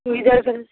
churidar